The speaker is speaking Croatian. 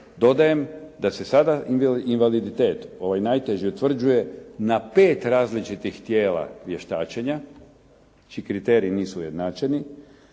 Dodajem da se sada invaliditet ovaj najteži utvrđuje na 5 različitih tijela vještačenja čiji kriteriji nisu ujednačeni